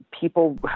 people